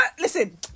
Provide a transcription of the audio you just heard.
listen